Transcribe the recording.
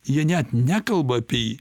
jie net nekalba apie jį